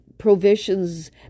provisions